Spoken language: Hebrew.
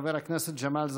חבר הכנסת ג'מאל זחאלקה.